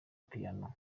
piano